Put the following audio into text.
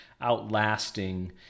outlasting